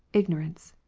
ignorance.